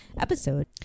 episode